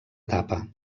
etapa